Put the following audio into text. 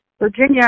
Virginia